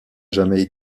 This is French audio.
jamais